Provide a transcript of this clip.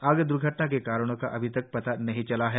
आग द्र्घटना के कारणो का अभी तक पता नही चल पाया है